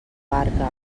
barca